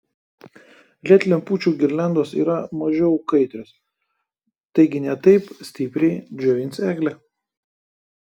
led lempučių girliandos yra mažiau kaitrios taigi ne taip stipriai džiovins eglę